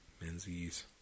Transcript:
Menzies